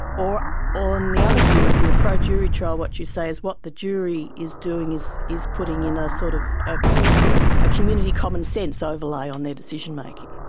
or on the other view, if you're a pro jury trial what you say is what the jury is doing is is putting in a sort of, ah a community common sense overlay on their decision making.